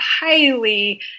highly